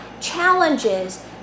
challenges